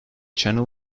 channel